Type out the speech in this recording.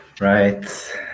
Right